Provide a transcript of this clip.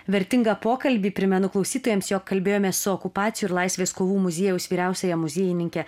vertingą pokalbį primenu klausytojams jog kalbėjomės su okupacijų ir laisvės kovų muziejaus vyriausiąja muziejininke